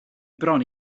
bron